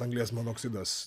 anglies monoksidas